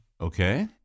Okay